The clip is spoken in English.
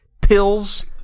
pills